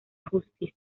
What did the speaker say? justicia